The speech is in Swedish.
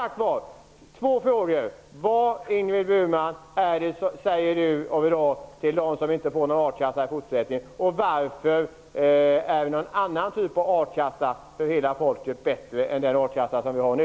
Två frågor: Vad säger Ingrid Burman till dem som inte får någon a-kassa i fortsättningen? Varför är någon annan typ av a-kassa för hela folket bättre än den a-kassa som vi har nu?